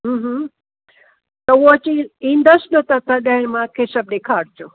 हम्म हम्म त उहो अची ईंदसि न तॾहिं मूंखे सभु ॾेखारिजो